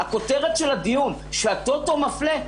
הכותרת של הדיון שהטוטו מפלה,